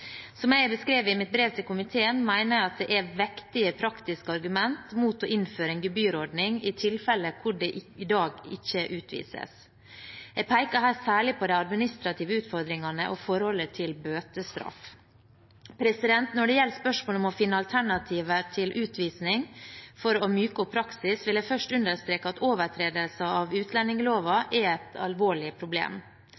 Som jeg har beskrevet i mitt brev til komiteen, mener jeg at det er vektige praktiske argument mot å innføre en gebyrordning i tilfeller hvor det i dag ikke utvises. Jeg peker her særlig på de administrative utfordringene og forholdet til bøtestraff. Når det gjelder spørsmålet om å finne alternativer til utvisning for å myke opp praksis, vil jeg først understreke at overtredelser av utlendingsloven